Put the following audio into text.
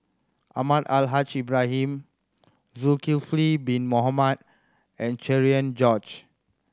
Almahdi Al Haj Ibrahim Zulkifli Bin Mohamed and Cherian George